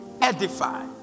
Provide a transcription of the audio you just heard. edify